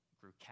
grew